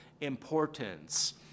importance